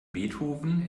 beethoven